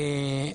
אחמד,